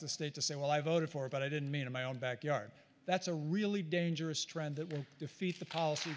the state to say well i voted for it but i didn't mean in my own backyard that's a really dangerous trend that would defeat the policy